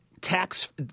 tax